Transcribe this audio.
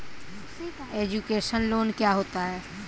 Education loan क्या होता है?